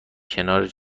کنار